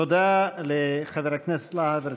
תודה לחבר הכנסת להב הרצנו.